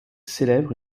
célèbre